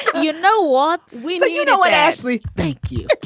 you know what? we let you know. ashley, thank you